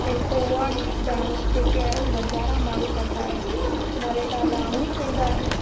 ऐं पोवाड़ी डांस जेके आहिनि बंजारा माण्हू कंदा आहिनि मरेठा लावणी कंदा आहिनि